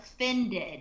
offended